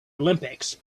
olympics